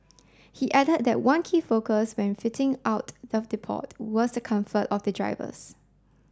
he added that one key focus when fitting out the depot was the comfort of the drivers